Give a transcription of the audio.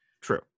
True